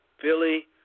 Philly